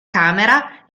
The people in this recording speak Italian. camera